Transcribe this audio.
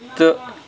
تہٕ